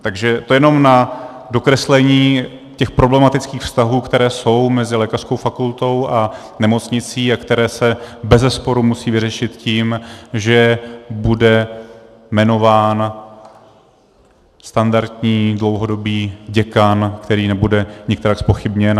Takže to jenom na dokreslení těch problematických vztahů, které jsou mezi lékařskou fakultou a nemocnicí a které se bezesporu musí vyřešit tím, že bude jmenován standardní, dlouhodobý děkan, který nebude nikterak zpochybněn.